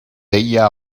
deia